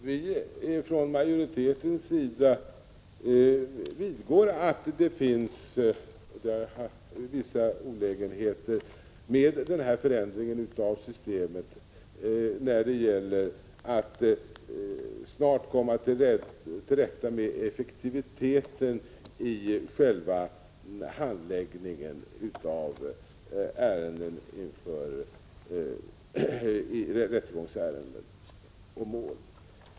Herr talman! Från majoritetens sida vidgår vi att det finns vissa olägenheter med denna förändring av systemet när det gäller att snabbt komma till rätta med effektiviteten i militära rättegångsärenden och mål.